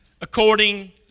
according